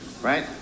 right